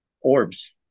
orbs